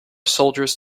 soldiers